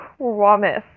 promise